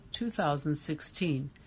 2016